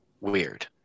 weird